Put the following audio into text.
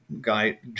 guy